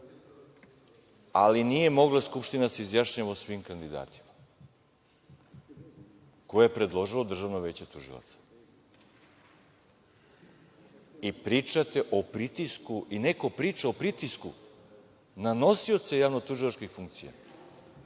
ali nije mogla Skupština da se izjašnjava o svim kandidatima koje je predložilo Državno veće tužilaca. Pričate o pritisku i neko priča o pritisku na nosioce javnotužilačkih funkcija,